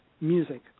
music